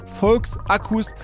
Volksakkus